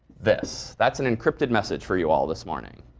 this. that's an encrypted message for you all this morning.